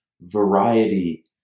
variety